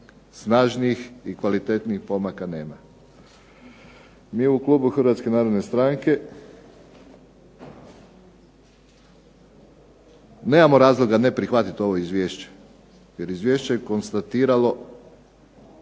snažnih i kvalitetnijih pomaka nema. Mi u klubu HNS-a nemamo razloga ne prihvatiti ovo izvješće, jer je izvješće konstatiralo